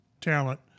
talent